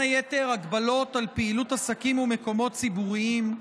היתר הגבלות על פעילות עסקים ומקומות ציבוריים,